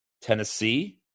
Tennessee